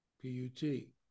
P-U-T